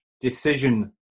decision